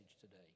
today